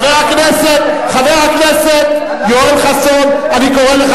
חברת הכנסת רוחמה אברהם, אני קורא אותך